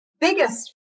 biggest